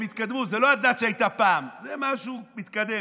הם התקדמו, זו לא הדת שהייתה פעם, זה משהו מתקדם.